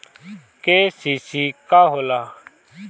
KCC का होला?